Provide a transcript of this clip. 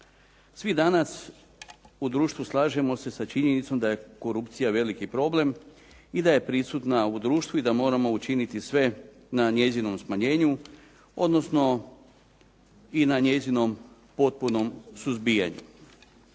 Svi danas u društvu slažemo se sa činjenicom da je korupcija veliki problem i da je prisutna u društvu i da moramo učiniti sve na njezinom smanjenju, odnosno i na njezinom potpunom suzbijanju.